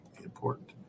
important